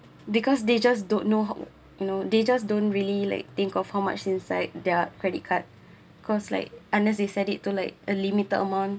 because they just don't know how you know they just don't really like think of how much inside their credit card cause like unless they set it to like a limited amount